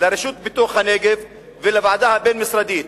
לרשות פיתוח הנגב ולוועדה הבין-משרדית.